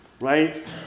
right